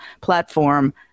platform